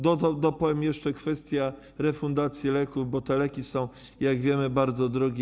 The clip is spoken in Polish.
Dopowiem jeszcze: kwestia refundacji leków, bo te leki są, jak wiemy, bardzo drogie.